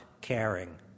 caring